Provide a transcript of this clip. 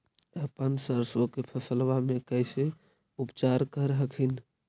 अपन सरसो के फसल्बा मे कैसे उपचार कर हखिन?